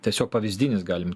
tiesiog pavyzdinis galim